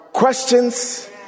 Questions